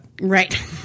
Right